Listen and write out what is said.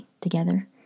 together